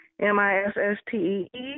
M-I-S-S-T-E-E